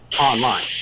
online